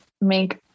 make